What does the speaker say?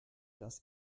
das